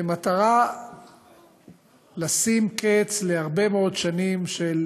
במטרה לשים קץ להרבה מאוד שנים של